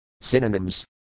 Synonyms